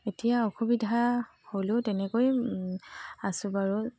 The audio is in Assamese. এতিয়া অসুবিধা হ'লেও তেনেকৈ আছোঁ বাৰু